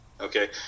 Okay